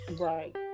right